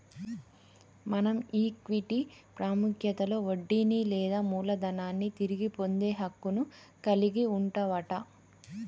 మనం ఈక్విటీ పాముఖ్యతలో వడ్డీని లేదా మూలదనాన్ని తిరిగి పొందే హక్కును కలిగి వుంటవట